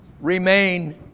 remain